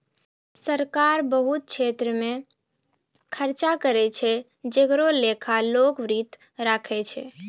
सरकार बहुत छेत्र मे खर्चा करै छै जेकरो लेखा लोक वित्त राखै छै